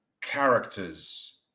characters